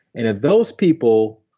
and if those people